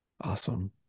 Awesome